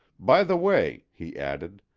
by the way, he added,